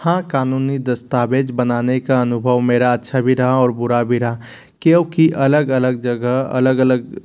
हाँ कानूनी दस्तावेज बनाने का अनुभव मेरा अच्छा भी रहा और बुरा भी रहा क्योंकि अलग अलग जगह अलग अलग